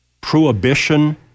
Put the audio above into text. prohibition